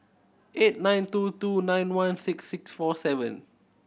eight nine two two nine one six six four seven